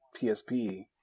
PSP